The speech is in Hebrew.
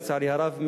לצערי הרב,